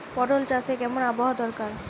পটল চাষে কেমন আবহাওয়া দরকার?